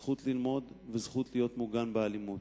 זכות ללמוד וזכות להיות מוגן מאלימות.